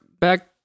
Back